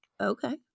okay